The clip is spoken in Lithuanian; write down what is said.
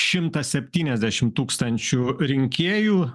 šimtas septyniasdešim tūkstančių rinkėjų